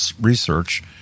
research